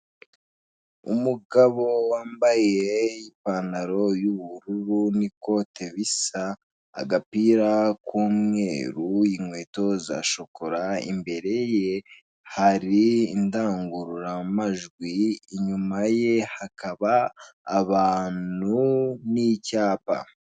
Umugabo wambaye ipantalo y'ubururu n'ikote bisa, agapira k'umweru, inkweto z'ashokora imbere ye hari indangururamajwi, inyuma ye hakaba abantu n'icyapa.